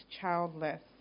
childless